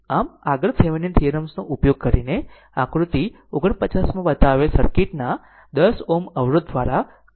આમ આગળ થેવીનિનના થીયરમ્સ નો ઉપયોગ કરીને આકૃતિ 49 માં બતાવેલ સર્કિટના 10 Ω અવરોધ દ્વારા કરંટ નક્કી કરવામાં આવશે